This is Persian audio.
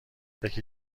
یکی